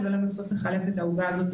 ולנסות לחלק את העוגה הזאת בצורה שווה.